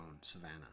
Savannah